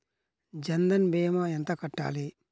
జన్ధన్ భీమా ఎంత కట్టాలి?